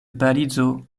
parizo